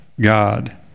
God